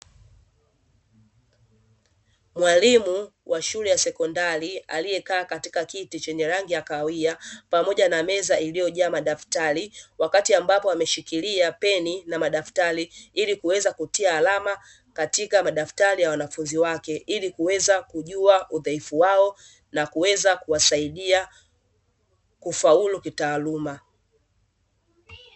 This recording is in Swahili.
Mwalimu wa shule ya sekondari aliyekaa katika kiti chenye rangi ya kahawia, pamoja na meza iliyojaa madaftari wakati ambapo ameshikilia peni na madaftari, ili kuweza kutia alama katika madaftari ya wanafunzi wake ili kuweza kujua udhaifu wao na kuweza kuwasaidia kufaulu kitaaluma.